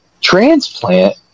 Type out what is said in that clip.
transplant